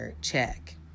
check